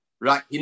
Right